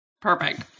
Perfect